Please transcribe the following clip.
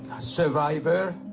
survivor